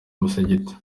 musigiti